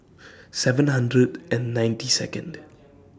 seven hundred and ninety Second